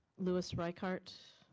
lewis reichardt?